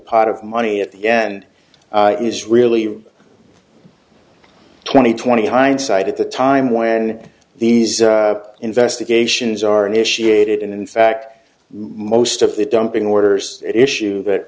pot of money at the end is really twenty twenty hindsight at the time when these investigations are initiated and in fact most of the dumping orders at issue that